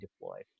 deployed